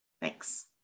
Thanks